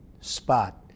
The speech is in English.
spot